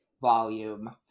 volume